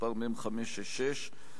מס' מ/566.